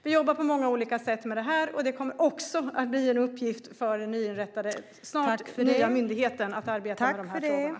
Vi jobbar på många olika sätt med detta, och det kommer också att bli en uppgift för den nya myndighet vi snart kommer att få att arbeta med dessa frågor.